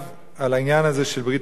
על העניין זה של ברית המילה.